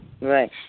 Right